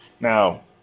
Now